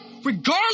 Regardless